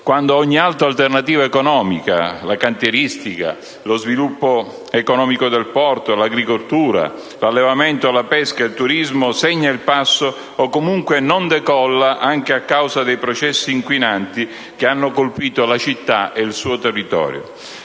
quando ogni altra alternativa economica (la cantieristica, lo sviluppo economico del porto, l'agricoltura, l'allevamento, la pesca, il turismo) segna il passo o comunque non decolla anche a causa dei processi inquinanti che hanno colpito la città e il suo territorio.